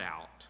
out